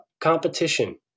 competition